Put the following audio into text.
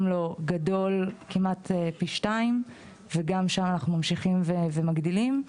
גדול כמעט פי שתיים וגם שם אנחנו ממשיכים ומגדילים.